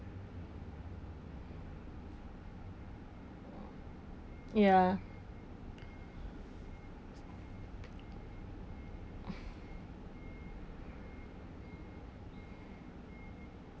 ya